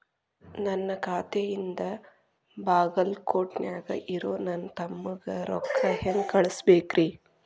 ನನ್ನ ಖಾತೆಯಿಂದ ಬಾಗಲ್ಕೋಟ್ ನ್ಯಾಗ್ ಇರೋ ನನ್ನ ತಮ್ಮಗ ರೊಕ್ಕ ಹೆಂಗ್ ಕಳಸಬೇಕ್ರಿ?